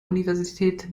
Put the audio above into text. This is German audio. universität